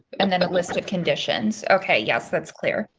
and then a list of conditions. okay yes. that's clear.